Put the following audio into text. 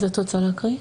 אז את רוצה להקריא?